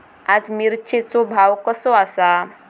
आज मिरचेचो भाव कसो आसा?